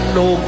no